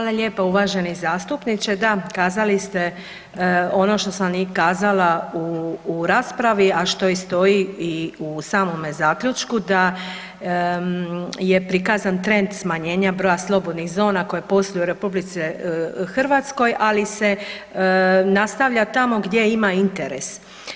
Hvala lijepo uvaženi zastupniče, da kazali ste ono što sam i kazala u raspravi, a što i stoji u samome zaključku, da je prikazan trend smanjenja slobodnih zona koje posluju u RH, ali se nastavlja tamo gdje ima interes.